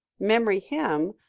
memory hymn,